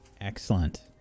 Excellent